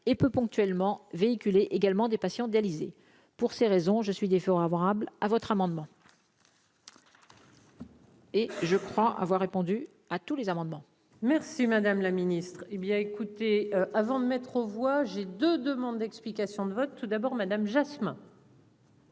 et peut ponctuellement véhiculé également des patients dialysés pour ces raisons je suis défavorable à votre amendement. Et je crois avoir répondu à tous les amendements merci madame la ministre, hé bien écoutez avant de mettre aux voix, j'ai de demandes d'explications de vote, tout d'abord Madame Jasmin.